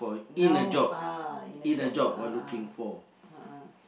now ah in a job a'ah a'ah